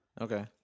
Okay